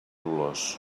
olors